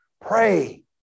pray